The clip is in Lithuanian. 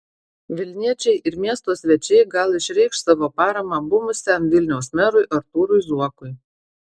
vilniečiai ir miesto svečiai gal išreikš savo paramą buvusiam vilniaus merui artūrui zuokui